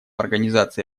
организации